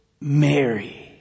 mary